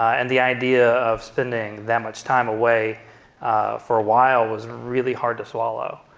and the idea of spending that much time away for awhile was really hard to swallow.